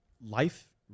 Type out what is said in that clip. life